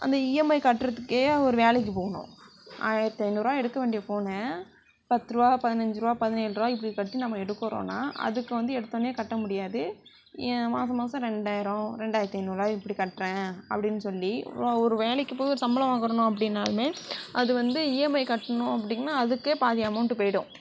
அந்த இஎம்ஐ கட்டுறத்துக்கே அவர் வேலைக்கு போகணும் ஆயிரத்தி ஐநூறுரூவா எடுக்க வேண்டிய ஃபோனை பத்துருவா பதினஞ்சிருவா பதினேழுருவா இப்படி கட்டி நம்ம எடுக்கிறோன்னா அதுக்கு வந்து எடுத்தோன்னே கட்ட முடியாது ஏன் மாசம் மாசம் ரெண்டாயிரம் ரெண்டாயிரத்தி ஐநூறாக இப்படி கட்டுறேன் அப்டின்னு சொல்லி ஒரு வேலைக்கு போய் ஒரு சம்பளம் வாங்குறோம்னோ அப்படின்னாலுமே அது வந்து இஎம்ஐ கட்டணும் அப்டினா அதுக்கு பாதி அமௌண்ட்டு போய்டும்